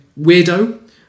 weirdo